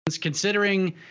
considering